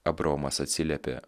abraomas atsiliepė